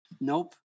Nope